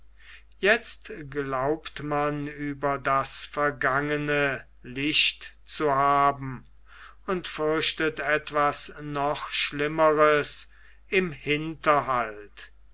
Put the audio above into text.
jetzt glaubt man über das vergangene licht zu haben und fürchtet etwas noch schlimmeres im hinterhalte